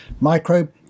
microbe